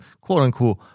quote-unquote